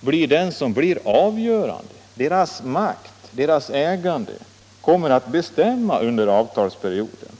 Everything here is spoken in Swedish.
blir avgörande — deras makt, deras ägande kommer att bestämma under avtalsperioden.